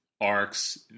arcs